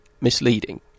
misleading